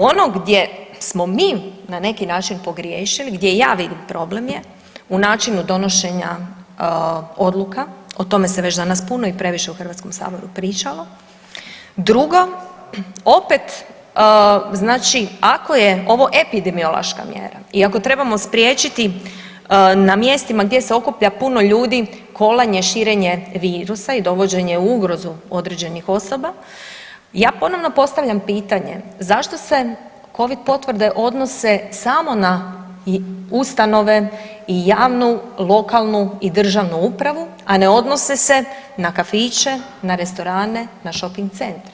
Ono gdje smo mi na neki način pogriješili, gdje ja vidim problem je u načinu donošenja odluka, o tome se već danas puno i previše u HS-u pričalo, drugo, opet znači ako je ovo epidemiološka mjera i ako trebamo spriječiti na mjestima gdje se okuplja puno ljudi, kolanje, širenje virusa i dovođenje u ugrozu određenih osoba, ja ponovno postavljam pitanje, zašto se Covid potvrde odnose samo na ustanove i javnu lokalnu i državnu upravu, a ne odnose na kafiće, na restorane, na šoping centre.